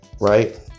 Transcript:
right